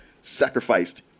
sacrificed